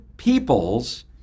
peoples